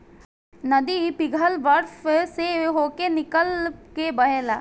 नदी पिघल बरफ से होके निकल के बहेला